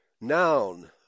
Noun